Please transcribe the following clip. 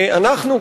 אנחנו,